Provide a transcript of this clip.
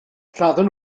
lladdon